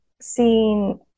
seeing